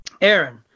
Aaron